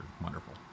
wonderful